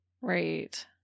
Right